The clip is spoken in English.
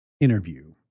interview